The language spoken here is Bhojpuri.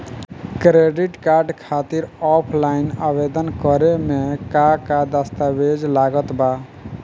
क्रेडिट कार्ड खातिर ऑफलाइन आवेदन करे म का का दस्तवेज लागत बा?